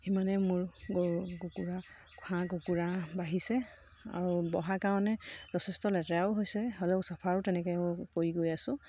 সিমানেই মোৰ গৰু কুকুৰা হাঁহ কুকুৰা বাঢ়িছে আৰু বঢ়াৰ কাৰণে যথেষ্ট লেতেৰাও হৈছে হ'লেও চফাৰো তেনেকৈও মই কৰি গৈ আছো